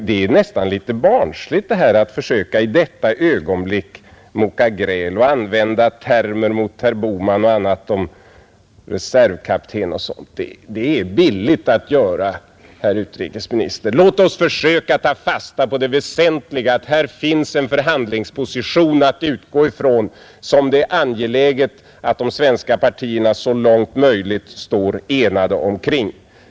Det är nästan litet barnsligt att i detta ögonblick försöka mucka gräl mot herr Bohman och använda termer som reservkapten och liknande. Det är billigt att göra det, herr utrikesminister. Låt oss försöka ta fasta på det väsentliga, att här finns en förhandlingsposition att utgå från, som det är angeläget att de svenska partierna så långt möjligt står enade omkring.